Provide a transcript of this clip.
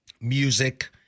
music